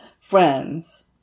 friends